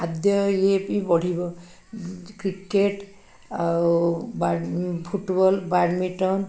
ଖାଦ୍ୟ ଇଏ ବି ବଢ଼ିବ କ୍ରିକେଟ୍ ଆଉ ଫୁଟୁବଲ୍ ବ୍ୟାଡ଼ମିଣ୍ଟନ୍